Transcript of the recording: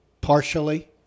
partially